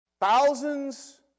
thousands